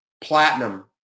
platinum